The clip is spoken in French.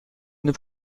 une